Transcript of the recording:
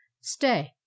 Stay